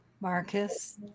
Marcus